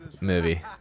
movie